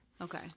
Okay